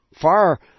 far